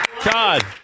Todd